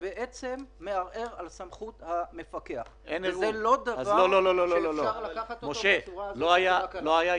שבעצם מערער על סמכות המפקח וזה לא דבר שאפשר לקחת אותו בצורה הזאת.